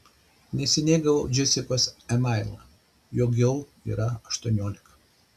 neseniai gavau džesikos emailą jog jau yra aštuoniolika